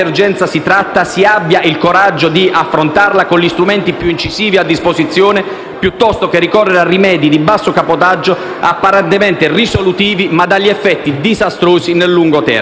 tratta, si abbia il coraggio di affrontarla con gli strumenti più incisivi a disposizione, piuttosto che ricorrere a rimedi di basso cabotaggio, apparentemente risolutivi, ma dagli effetti disastrosi nel lungo termine.